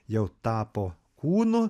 jau tapo kūnu